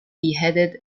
beheaded